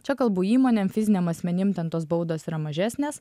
čia kalbu įmonėm fiziniam asmenim ten tos baudos yra mažesnės